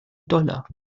dollar